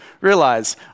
realize